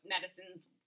medicines